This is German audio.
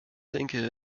denke